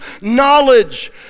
knowledge